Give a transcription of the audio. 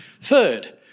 Third